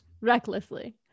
recklessly